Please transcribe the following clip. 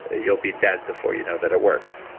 ah you'll be dead before you know that it worked.